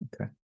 okay